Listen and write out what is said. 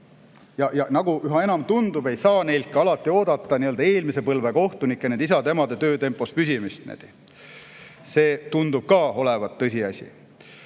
Nagu üha enam tundub, ei saa neilt ka alati oodata eelmise põlve kohtunike, isade-emade töötempos püsimist. See tundub ka olevat tõsiasi.